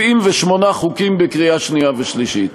78 חוקים בקריאה שנייה ושלישית,